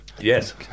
Yes